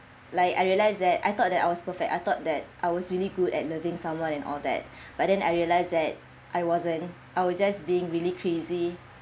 like I realised that I thought that I was perfect I thought that I was really good at loving someone and all that but then I realised that I wasn't I was just being really crazy